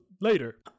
later